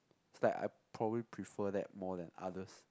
is like I probably prefer that more than others